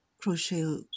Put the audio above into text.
crochet